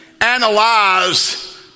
analyze